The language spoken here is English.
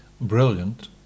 Brilliant